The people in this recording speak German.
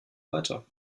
weiter